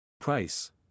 Price